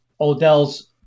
Odell's